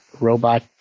robot